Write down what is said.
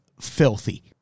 filthy